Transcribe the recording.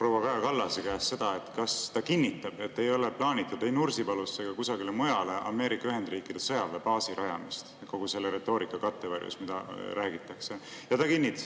proua Kaja Kallase käest seda, kas ta kinnitab, et ei ole plaanitud Nursipalusse ega kusagile mujale Ameerika Ühendriikide sõjaväebaasi rajamist kogu selle retoorika kattevarjus, mida räägitakse. Ja ta kinnitas,